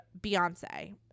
Beyonce